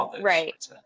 Right